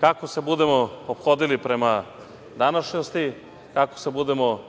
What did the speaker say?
Kako se budemo ophodili prema današnjosti, kako se budemo